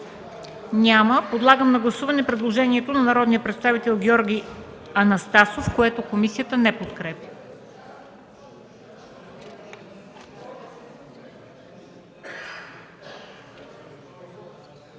Няма. Подлагам на гласуване предложението на народния представител Екатерина Михайлова, което комисията не подкрепя.